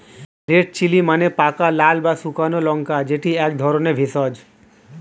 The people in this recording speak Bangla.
রেড চিলি মানে পাকা লাল বা শুকনো লঙ্কা যেটি এক ধরণের ভেষজ